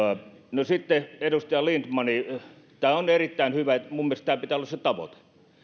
no sitten edustaja lindtman tämä on erittäin hyvä mielestäni tämän pitää olla se tavoite